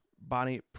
Bonnie